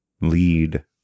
Lead